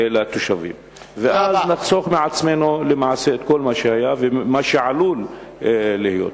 לתושבים ואז נחסוך מעצמנו למעשה את כל מה שהיה ומה שעלול להיות.